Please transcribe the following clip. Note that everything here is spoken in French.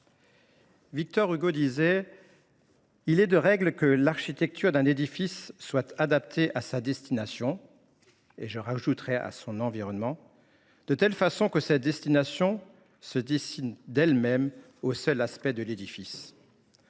Victor Hugo disait :« Il est de règle que l’architecture d’un édifice soit adaptée à sa destination »– j’ajouterais à son environnement –« de telle façon que cette destination se dénonce d’elle même au seul aspect de l’édifice. »